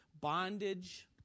bondage